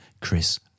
Chris